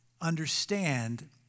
understand